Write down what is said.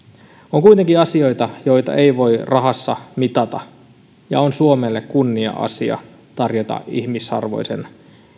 on kuitenkin asioita joita ei voi rahassa mitata ja on suomelle kunnia asia tarjota ihmisarvoisen